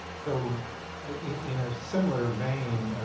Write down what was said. so in a similar vein. ah